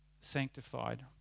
sanctified